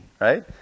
right